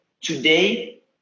Today